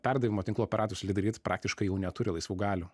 perdavimo tinklų operatorius litgrid praktiškai jau neturi laisvų galių